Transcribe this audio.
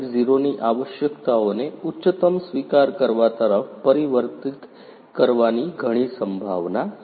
0 ની આવશ્યકતાઓને ઉચ્ચતમ સ્વીકાર કરવા તરફ પરિવર્તિત કરવાની ઘણી સંભાવના છે